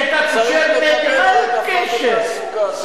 מי שתורם למדינה צריך לקבל העדפה בתעסוקה.